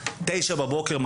בשעה תשע בבוקר,